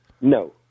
No